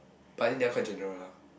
but then they all quite general lah